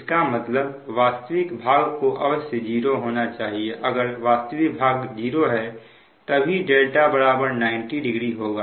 इसका मतलब वास्तविक भाग को अवश्य 0 होना चाहिए अगर वास्तविक भाग 0 है तभी δ 900 होगा